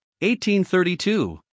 1832